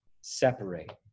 separate